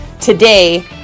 today